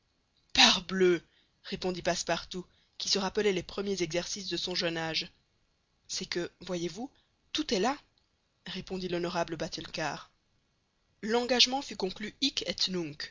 parbleu répondit passepartout qui se rappelait les premiers exercices de son jeune âge c'est que voyez-vous tout est là répondit l'honorable batulcar l'engagement fut conclu